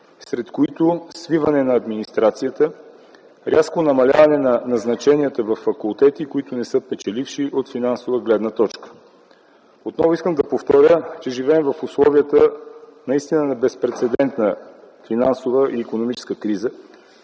сред които свиване на администрацията и рязко намаляване на назначенията във факултети, които не са печеливши от финансова гледна точка. Отново искам да повторя, че живеем в условията наистина на безпрецедентна финансова и икономическа криза,